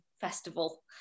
festival